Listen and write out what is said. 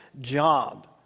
job